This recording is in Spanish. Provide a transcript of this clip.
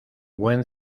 buen